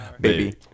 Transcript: Baby